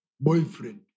boyfriend